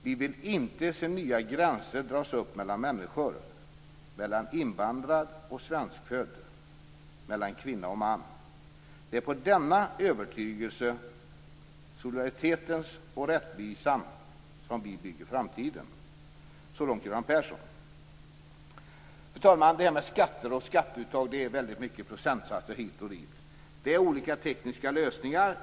Vi vill inte se nya gränser dras upp mellan människor, mellan invandrad och svenskfödd, mellan kvinna och man. Det är på denna övertygelse - solidaritetens och rättvisans - som vi bygger framtiden." Så långt Göran Persson. Fru talman! Skatter och skatteuttag är väldigt mycket procentsatser hit och dit. Det är olika tekniska lösningar.